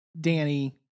Danny